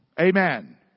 Amen